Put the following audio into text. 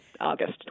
August